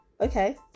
okay